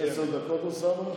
עשר דקות, אוסאמה?